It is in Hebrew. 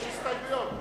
יש הסתייגויות.